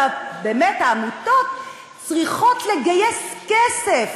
ובאמת, העמותות צריכות לגייס כסף